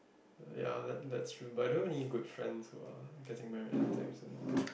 ya that that's true but I don't any good friends who are getting married and thankful